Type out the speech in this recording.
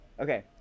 Okay